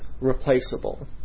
replaceable